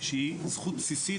שהיא זכות בסיסית,